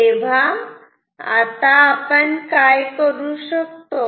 तेव्हा आता आपण काय करू शकतो